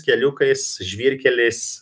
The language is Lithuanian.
keliukais žvyrkeliais